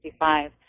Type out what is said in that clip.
1965